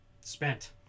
spent